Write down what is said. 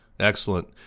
Excellent